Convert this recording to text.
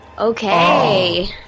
Okay